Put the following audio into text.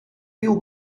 veel